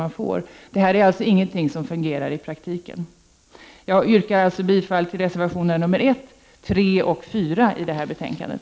Detta är alltså ingenting som fungerar i praktiken. Jag yrkar alltså bifall till reservationerna 1, 3 och 4, fogade till betänkandet.